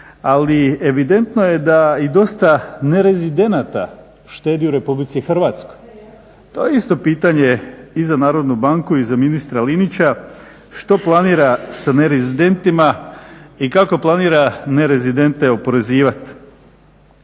Ali evidentno je da i dosta nerezidenata štedi u RH. To je isto pitanje i za Narodnu banku i za ministra Linića što planira s nerezidentima i kako planira nerezidente oporezivati?